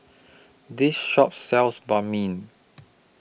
This Shop sells Banh MI